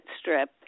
Strip